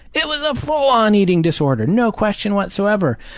it was a full-on eating disorder. no question whatsoever.